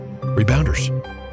rebounders